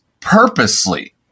purposely